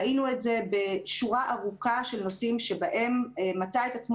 ראינו את זה בשורה ארוכה של נושאים בהם מצא את עצמו